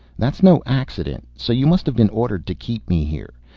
that's no accident. so you must have been ordered to keep me here.